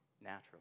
natural